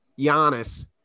Giannis